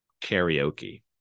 karaoke